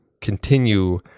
continue